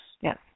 yes